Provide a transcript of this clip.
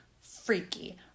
Freaky